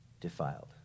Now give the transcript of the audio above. defiled